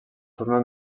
forma